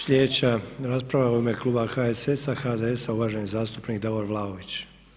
Sljedeća rasprava u ime kluba HSS-a i HDS-a uvaženi zastupnik Davor Vlaović.